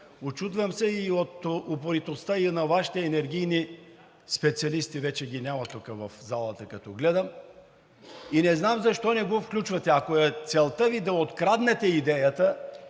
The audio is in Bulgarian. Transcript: Учудвам се от упоритостта и на Вашите енергийни специалисти – вече ги няма тук, в залата, като гледам. Не знам защо не го включвате? Ако целта Ви е да откраднете идеята,